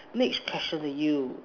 next question to you